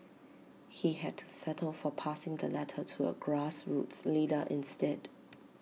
he had to settle for passing the letter to A grassroots leader instead